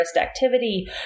activity